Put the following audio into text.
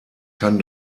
kann